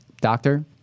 doctor